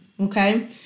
Okay